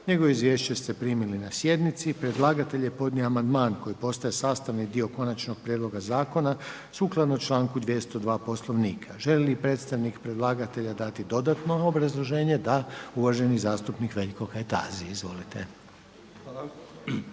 Njegovo izvješće ste primili na sjednici. Predlagatelj je podnio amandman koji postaje sastavni dio konačnog prijedloga zakona, sukladno članku 202. Poslovnika. Želi li predstavnik predlagatelja dati dodatno obrazloženje? Da. Uvaženi zastupnik Veljko Kajtazi. Izvolite.